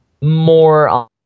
more